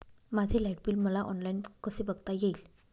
माझे light bill मला online कसे बघता येईल?